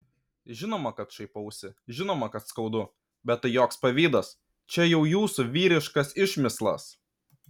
žinoma kad šaipausi žinoma kad skaudu bet tai joks pavydas čia jau jūsų vyriškas išmislas